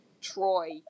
Troy